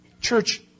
Church